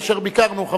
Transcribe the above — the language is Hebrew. כאשר ביקרנו,